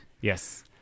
Yes